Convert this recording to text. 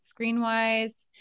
Screenwise